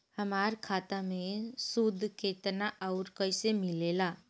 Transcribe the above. हमार खाता मे सूद केतना आउर कैसे मिलेला?